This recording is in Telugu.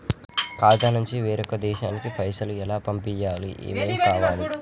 ఖాతా నుంచి వేరొక దేశానికి పైసలు ఎలా పంపియ్యాలి? ఏమేం కావాలి?